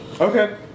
Okay